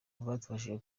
badufashije